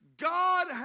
God